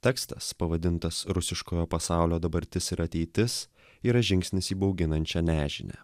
tekstas pavadintas rusiškojo pasaulio dabartis ir ateitis yra žingsnis į bauginančią nežinią